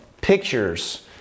pictures